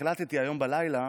החלטתי היום בלילה